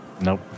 Nope